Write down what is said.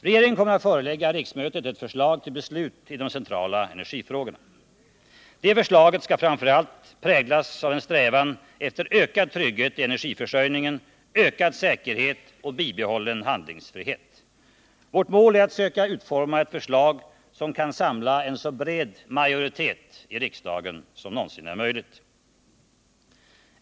Regeringen kommer att förelägga riksmötet ett förslag till beslut i de centrala energifrågorna. Det förslaget skall framför allt präglas av en strävan efter ökad trygghet i energiförsörjningen, ökad säkerhet och bibehållen handlingsfrihet. Vårt mål är att söka utforma ett förslag som kan samla en så bred majoritet i riksdagen som någonsin är möjligt.